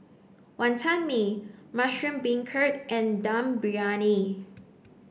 Wonton Mee Mushroom Beancurd and Dum Briyani